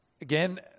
again